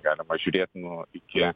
galima žiūrėt nuo iki